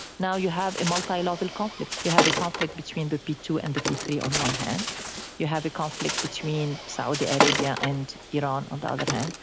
now you have a multi-level conflict you have a conflict between the p two and the p three on one hand you have a conflict between saudi arabia and iran on the other hand,